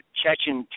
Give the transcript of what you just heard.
Chechen